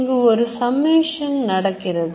இங்கு ஒரு summation நடக்கிறது